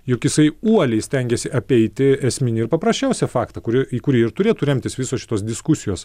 juk jisai uoliai stengiasi apeiti esminį ir paprasčiausią faktą kurį į kurį ir turėtų remtis visos šitos diskusijos